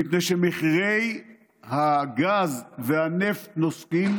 מפני שמחירי הגז והנפט נוסקים,